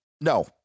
no